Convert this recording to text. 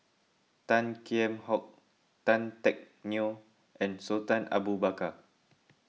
Tan Kheam Hock Tan Teck Neo and Sultan Abu Bakar